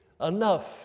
enough